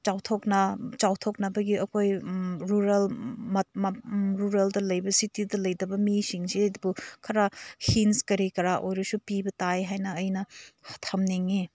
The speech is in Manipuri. ꯆꯥꯎꯊꯣꯛꯅ ꯆꯥꯎꯊꯣꯛꯅꯕꯒꯤ ꯑꯩꯈꯣꯏ ꯔꯨꯔꯦꯜ ꯔꯨꯔꯦꯜꯗ ꯂꯩꯕ ꯁꯤꯇꯤꯗ ꯂꯩꯇꯕ ꯃꯤꯁꯤꯡꯁꯤꯕꯨ ꯈꯔ ꯍꯤꯟꯠꯁ ꯀꯔꯤ ꯀꯔꯥ ꯑꯣꯏꯔꯁꯨ ꯄꯤꯕ ꯇꯥꯏ ꯍꯥꯏꯅ ꯑꯩꯅ ꯊꯝꯅꯤꯡꯉꯤ